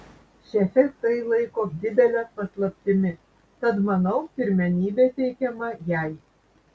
šefė tai laiko didele paslaptimi tad manau pirmenybė teikiama jai